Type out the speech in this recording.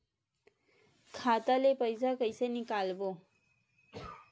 खाता ले पईसा कइसे निकालबो?